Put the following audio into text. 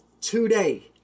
today